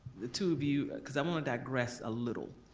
the two of you cause i wanna digress a little.